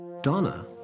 Donna